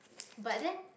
but then